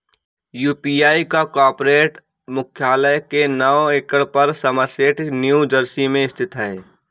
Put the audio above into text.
UPI का corporate मुख्यालय company के नौ एकड़ पर समरसेट न्यू जर्सी में स्थित है